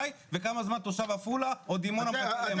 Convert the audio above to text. וכמה זמן תושב עפולה או דימונה מחכה ל-MRI.